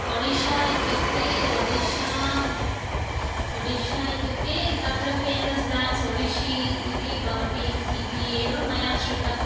ओडिशा इत्युक्ते ओडिश्शा ओडिश्शा इत्युक्ते तत्र फ़ेमस् डान्स् ओडिशि इति भवति इति एव मया श्रुतम्